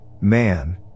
man